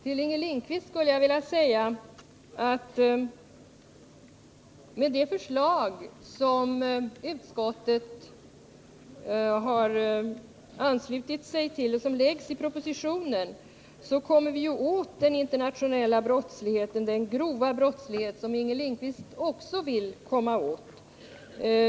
Till Inger Lindquist skulle jag vilja säga att vi med propositionens förslag, till vilket utskottet har anslutit sig, kommer åt den internationella brottsligheten, den grova brottslighet som Inger Lindquist också vill komma åt.